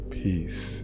peace